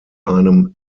einem